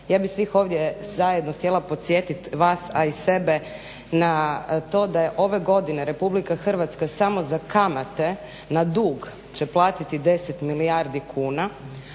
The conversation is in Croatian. ja bih svih ovdje zajedno htjela podsjetiti vas a i sebe na to da je ove godine RH samo za kamate na dug će platiti 10 milijardi kuna,